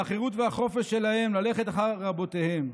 והחירות והחופש שלהם ללכת אחר רבותיהם.